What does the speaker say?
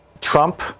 Trump